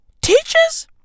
teachers